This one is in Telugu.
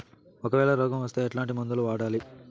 ఒకవేల రోగం వస్తే ఎట్లాంటి మందులు వాడాలి?